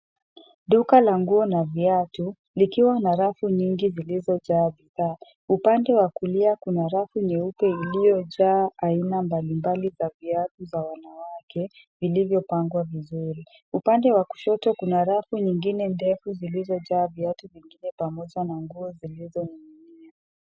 Duka la nguo na viatu, likiwa na rafu nyingi zilizojaa bidhaa. Upande wa kulia kuna rafu nyeupe iliyojaa aina mbalimbali za viatu za wanawake vilivyopangwa vizuri. Upande wa kushoto kuna rafu nyingine ndefu zilizojaa viatu vilivyo pamoja na nguo zilizoning'inia.